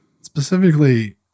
specifically